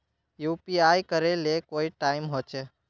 UPI करे ले कोई टाइम होचे?